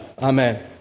Amen